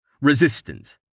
Resistance